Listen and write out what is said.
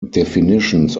definitions